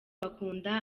bakunda